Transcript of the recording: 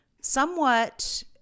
somewhat